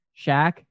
Shaq